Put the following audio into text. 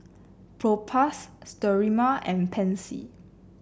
Propass Sterimar and Pansy